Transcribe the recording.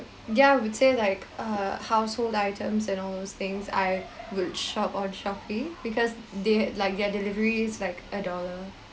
ya I would say like uh household items and all those things I would shop on Shopee because they like their delivery's like a dollar